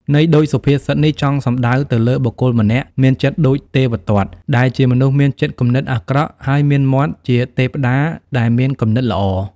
ន័យដូចសុភាសិតនេះចង់សំដៅទៅលើបុគ្គលម្នាក់ មានចិត្តដូចទេវទត្ត ដែលជាមនុស្សមានចិត្តគំនិតអាក្រក់ ហើយមានមាត់ជាទេព្តាដែលមានគំនិតល្អ។